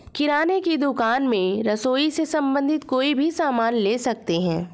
किराने की दुकान में रसोई से संबंधित कोई भी सामान ले सकते हैं